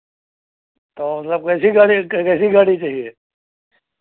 तो मतलब कैसी गाड़ी कैसी गाड़ी चाहिए